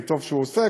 וטוב שהוא עושה,